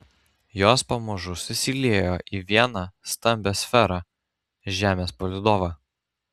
jos pamažu susiliejo į vieną stambią sferą žemės palydovą